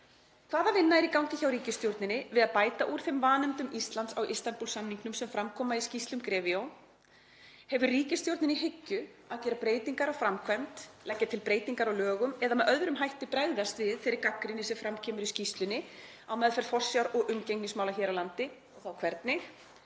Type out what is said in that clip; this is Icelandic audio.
Hvaða vinna er í gangi hjá ríkisstjórninni við að bæta úr þeim vanefndum Íslands á Istanbúl-samningnum sem fram koma í skýrslum GREVIO? Hefur ríkisstjórnin í hyggju að gera breytingar á framkvæmd, leggja til breytingar á lögum eða með öðrum hætti bregðast við þeirri gagnrýni sem fram kemur í skýrslunni á meðferð forsjár- og umgengnismála hér á landi og þá hvernig?